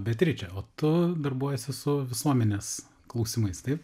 beatričę o tu darbuojasi su visuomenės klausimais taip